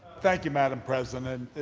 thank you, madam president.